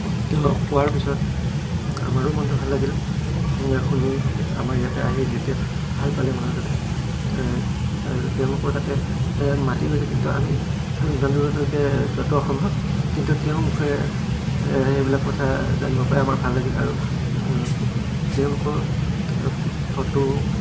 তেওঁ কোৱাৰ পিছত আমাৰো মনটো ভাল লাগিল শুনি আমাৰ ইয়াতে আহি যেতিয়া ভাল পালে আৰু তেওঁলোকৰ তাতে মাতি গৈছে কিন্তু আমিতো ইমান দূৰলৈকে যোৱাটো অসম্ভৱ কিন্তু তেওঁৰ মুখেৰে সেইবিলাক কথা জানিব পাই আমাৰ ভাল লাগিল আৰু তেওঁলোকৰ ফটো